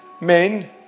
men